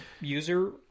user